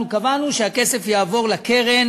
שהכסף יועבר לקרן